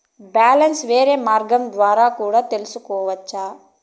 Balance వేరే మార్గం ద్వారా కూడా తెలుసుకొనొచ్చా?